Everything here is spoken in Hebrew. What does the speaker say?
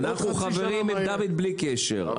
אנחנו חברים של דוד בלי קשר,